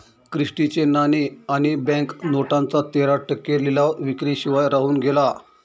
Christie चे नाणे आणि बँक नोटांचा तेरा टक्के लिलाव विक्री शिवाय राहून गेला